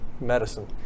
medicine